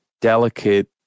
delicate